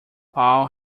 paul